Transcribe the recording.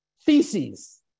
feces